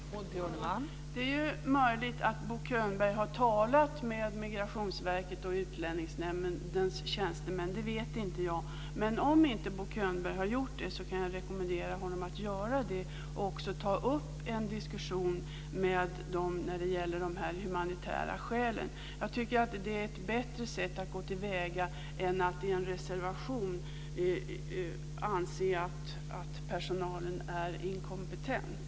Fru talman! Det är möjligt att Bo Könberg har talat med Migrationsverkets och Utlänningsnämndens tjänstemän - det vet inte jag. Men om Bo Könberg inte har gjort det kan jag rekommendera honom att göra det och också ta upp en diskussion med dem när det gäller de humanitära skälen. Jag tycker att det är ett bättre sätt att gå till väga än att i en reservation anse att personalen är inkompetent.